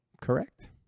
correct